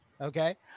okay